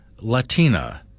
Latina